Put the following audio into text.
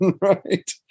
right